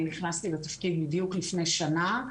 נכנסתי לתפקיד בדיוק לפני שנה.